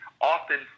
often